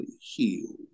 healed